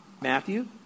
Matthew